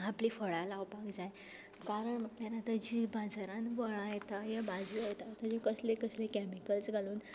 आपलीं फळां लावपाक जाय कारण म्हटल्यार आतां जीं बाजारान फळां येता या भाजयो येता ताजे कसले कसले कॅमिकल्स घालून